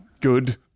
good